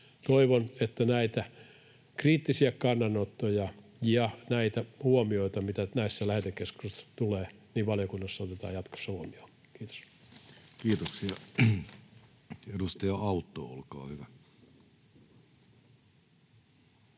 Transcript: Toivon, että näitä kriittisiä kannanottoja ja näitä huomioita, mitä näissä lähetekeskusteluissa tulee, otetaan valiokunnassa jatkossa huomioon. — Kiitos. [Speech 48] Speaker: